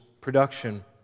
production